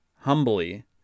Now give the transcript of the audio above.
humbly